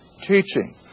teaching